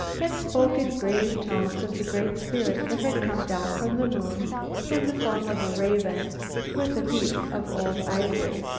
and spoke in grave tones of the great spirit that had come down from the moon in the form of a raven with a beak of old ivory.